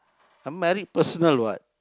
married personal what